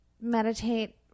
Meditate